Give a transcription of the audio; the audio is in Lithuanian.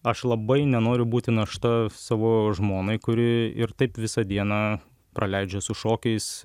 aš labai nenoriu būti našta savo žmonai kuri ir taip visą dieną praleidžia su šokiais